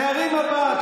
להרים מבט,